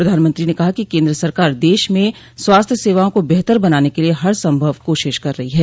प्रधानमंत्री ने कहा कि केन्द्र सरकार देश में स्वास्थ्य सेवाओं को बेहतर बनाने के लिए हर संभव कोशिश कर रही है